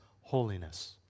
holiness